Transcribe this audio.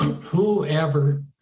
whoever